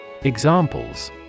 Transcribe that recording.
Examples